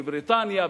בבריטניה,